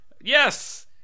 yes